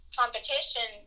competition